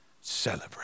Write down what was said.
Celebrate